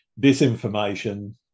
disinformation